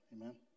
Amen